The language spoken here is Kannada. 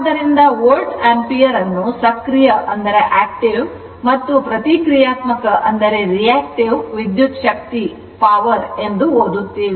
ಆದ್ದರಿಂದ ವೋಲ್ಟ್ ಆಂಪಿಯರ್ ಅನ್ನು ಸಕ್ರಿಯ ಮತ್ತು ಪ್ರತಿಕ್ರಿಯಾತ್ಮಕ ವಿದ್ಯುತ್ ಶಕ್ತಿ ಎಂದು ಓದುತ್ತೇವೆ